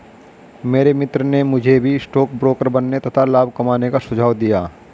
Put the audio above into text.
मेरे मित्र ने मुझे भी स्टॉक ब्रोकर बनने तथा लाभ कमाने का सुझाव दिया